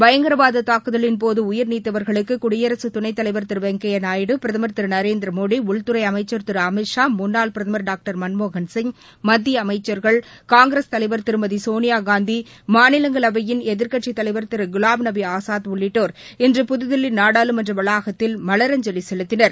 பயங்கரவாத தாக்குதலின்போது உயிர்நீத்தவர்களுக்கு குடியரசுத் துணைத் தலைவர் திரு வெங்கப்யா நாயுடு பிரதுர் திரு நரேந்திரமோடி உள்துறை அமைச்சர் திரு அமித் ஷா முன்னாள் பிரதமர் டாக்டர் மன்மோகன் சிங் மத்திய அமைச்சர்கள் காங்கிரஸ் தலைவர் திருமதி சோனியா காந்தி மாநிலங்களவையின் எதிர்கட்சித் தலைவர் திரு குலாம்நபி ஆசாத் உள்ளிட்டோர் இன்று புதுதில்லி நாடாளுமன்ற வளாகத்தில் மலர் அஞ்சலி செலுத்தினர்